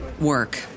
work